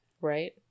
Right